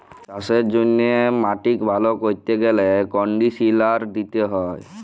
চাষের জ্যনহে মাটিক ভাল ক্যরতে গ্যালে কনডিসলার দিতে হয়